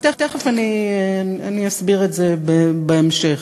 תכף, אני אסביר את זה בהמשך.